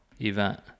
event